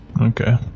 Okay